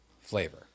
flavor